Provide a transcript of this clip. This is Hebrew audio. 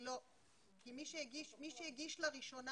כי מי שהגיש לראשונה,